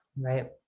Right